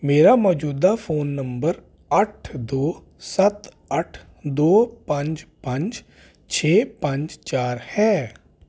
ਮੇਰਾ ਮੌਜੂਦਾ phone number ਅੱਠ ਦੋ ਸੱਤ ਅੱਠ ਦੋ ਪੰਜ ਪੰਜ ਛੇ ਪੰਜ ਚਾਰ ਹੈ